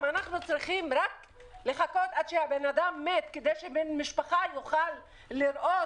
אם אנחנו צריכים לחכות עד שהאדם מת כדי שבן משפחה יוכל לראות